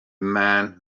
man